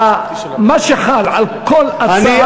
מה שחל על כל הצעת חוק חל על דין הרציפות,